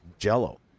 jello